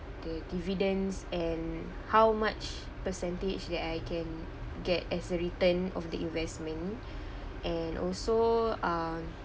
the dividends and how much percentage that I can get as a return of the investment and also uh